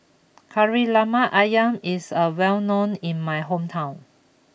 Kari Lemak Ayam is a well known in my hometown